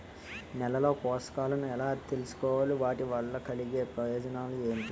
నేలలో పోషకాలను ఎలా తెలుసుకోవాలి? వాటి వల్ల కలిగే ప్రయోజనాలు ఏంటి?